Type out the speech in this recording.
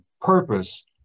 purpose